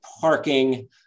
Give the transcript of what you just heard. parking